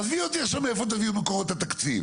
עזבי אותי עכשיו מאיפה תביאו את מקורות התקציב,